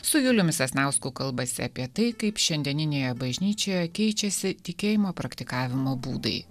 su juliumi sasnausku kalbasi apie tai kaip šiandieninėje bažnyčioje keičiasi tikėjimo praktikavimo būdai